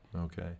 Okay